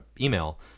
email